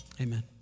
amen